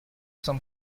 some